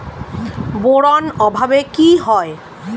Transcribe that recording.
Boron অভাবে কি হয়?